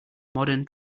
modern